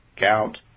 gout